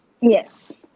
Yes